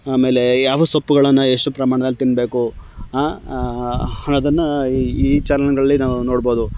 ಆಮೇಲೆ ಯಾವ ಸೊಪ್ಪುಗಳನ್ನು ಎಷ್ಟು ಪ್ರಮಾಣದಲ್ಲಿ ತಿನ್ನಬೇಕು ಅನ್ನೋದನ್ನು ಈ ಈ ಚಾನಲ್ಲುಗಳಲ್ಲಿ ನಾವು ನೋಡ್ಬೋದು